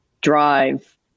drive